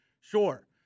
Sure